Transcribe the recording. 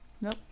Nope